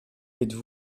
êtes